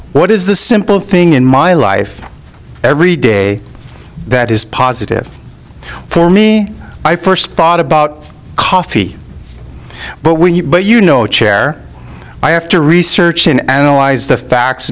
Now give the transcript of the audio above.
what is the simple thing in my life every day that is positive for me i first thought about coffee but when you but you know chair i have to research an analyze the facts